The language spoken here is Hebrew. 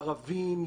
ערבים,